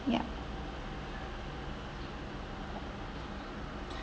yup